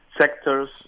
sectors